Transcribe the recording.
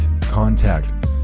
contact